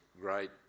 great